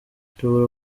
nshobora